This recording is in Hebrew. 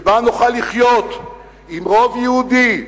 שבה נוכל לחיות עם רוב יהודי,